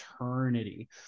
eternity